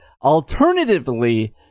Alternatively